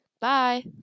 Bye